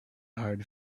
hard